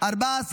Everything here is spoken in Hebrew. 14 בעד,